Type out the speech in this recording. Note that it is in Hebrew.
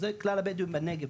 כלל הבדואים בנגב,